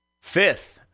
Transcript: fifth